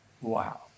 wow